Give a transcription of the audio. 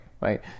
right